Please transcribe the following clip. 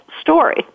story